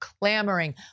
clamoring